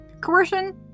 coercion